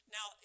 Now